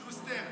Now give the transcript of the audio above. שוסטר,